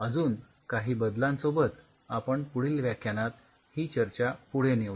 अजून काही बदलांसोबत आपण पुढील व्याख्यानात ही चर्चा पुढे नेऊया